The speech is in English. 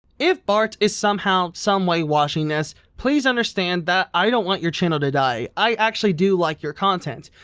if bart is somehow someway washing this please understand that i don't want your channel to die i actually do like your content.